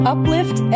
Uplift